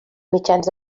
mitjans